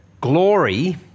glory